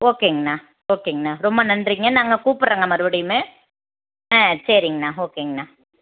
ஓகேங்க அண்ணா ஓகேங்க அண்ணா ரொம்ப நன்றிங்க நாங்கள் கூப்புடுறேங்க மறுபடியுமே ஆ சரிங்கண்ணா ஓகேங்க அண்ணா